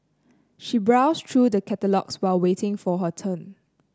she browsed through the catalogues while waiting for her turn